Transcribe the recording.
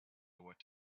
what